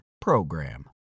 PROGRAM